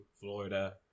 Florida